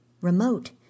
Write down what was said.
remote